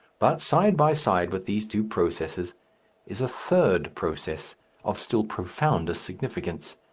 but side by side with these two processes is a third process of still profounder significance,